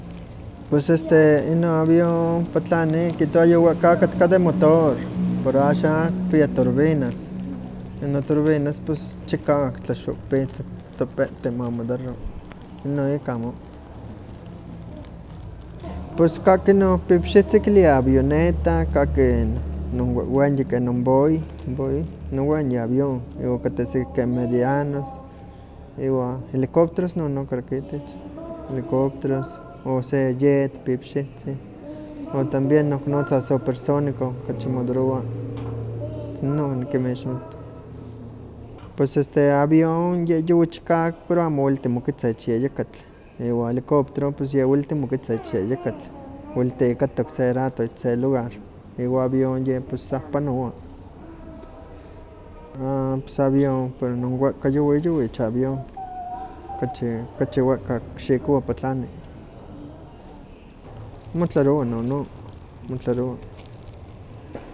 Pues este ino avion patlani kihtowa yon kakatka de motor, pero axan kipia torbinas, inon torbiunas chikawak tlaxohpitza ktopehti mamodaro, ino ihki amo. Ps kahki no pipixihtzin kilia avioneta, kahki non wehweyi ke no boin, boin, no wenyi avión, iwa kateh siki keh medianos, iwa helicopteros nono creo que itech, helicopteros, o se yet pipixintzin. Wan también no kinotza supersónico, kachi modarowa. Inon nikinmixmati, pues este avión ye yuwi chikawak pero ye amo kualti mokezta itech yeyekatl, iwa helicóptero ye welti moketza ich yeykatl, welti ihkatok se rato ich se lugar iwa avión ye sah panowa, ah pues avión, para non wehka yuwi ich avión, kachi kachi wehka kixikowa patlani, motlarowa nono, motlarowa.